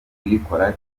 kuyikora